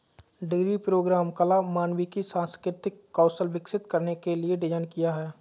degree programme कला, मानविकी, सांस्कृतिक कौशल विकसित करने के लिए डिज़ाइन किया है